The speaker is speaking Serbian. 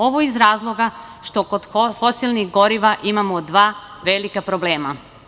Ovo iz razloga što kod fosilnih goriva imamo dva velika problema.